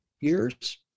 years